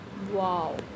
Wow